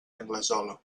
anglesola